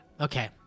Okay